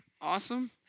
awesome